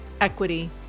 equity